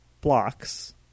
blocks